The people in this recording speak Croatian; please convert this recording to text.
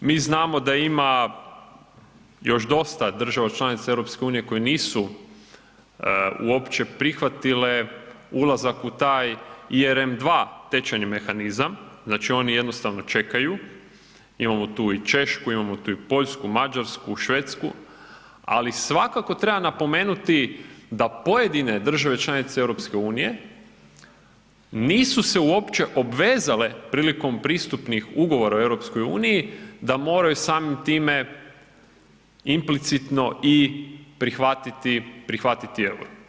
Mi znamo da ima još dosta država članica EU koje nisu uopće prihvatile ulazak u taj RM2 tečajni mehanizam, znači oni jednostavno čekaju, imamo tu i Češku, imamo tu i Poljsku, Mađarsku, Švedsku, ali svakako treba napomenuti da pojedine države članice EU nisu se uopće obvezale prilikom pristupnih ugovora u EU da moraju samim time implicitno i prihvatiti euro.